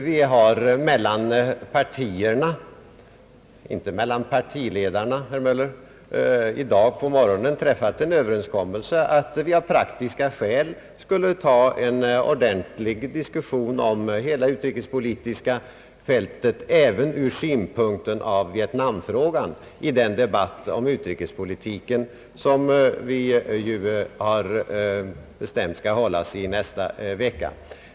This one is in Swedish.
Vi har mellan partierna — inte mellan partiledarna, herr Möller — i dag på morgonen träffat en Ööverenskommelse att av praktiska skäl i den debatt om utrikespolitiken som vi ju skall hålla i nästa vecka då också ta vietnamfrågan.